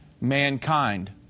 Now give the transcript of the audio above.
mankind